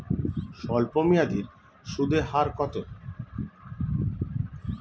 স্বল্পমেয়াদী সুদের হার কত?